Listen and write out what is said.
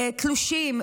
תלושים,